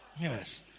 Yes